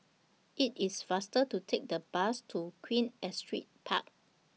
IT IS faster to Take The Bus to Queen Astrid Park